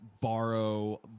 borrow